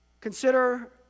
consider